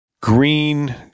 green